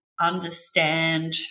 understand